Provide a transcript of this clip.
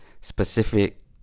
specific